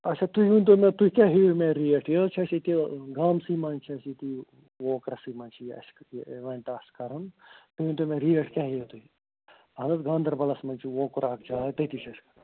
اَچھا تُہۍ ؤنۍتَو مےٚ تُہۍ کیٛاہ ہیٚیِو مےٚ ریٹ یہِ حظ چھُ یہِ کہِ گامسٕے منٛز چھِ اَسہِ ییٚتی ووکرَسٕے منٛز چھِ اَسہِ یہِ اِوَٮ۪نٹہٕ اَسہِ کَرُن تُہۍ ؤنۍ تَو مےٚ ریٹ کیٛاہ ہیٚیِو تُہۍ اَہَن حظ گانٛدَربَلَس منٛز چھُ ووکُر اَکھ جاے تٔتی چھُ اَسہِ